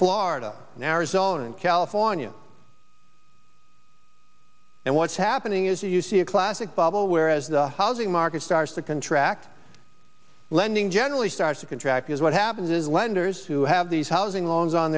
florida and arizona and california and what's happening is you see a classic bubble where as the housing market starts to contract less generally starts to contract is what happens is lenders who have these housing loans on